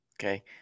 Okay